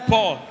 Paul